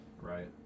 Right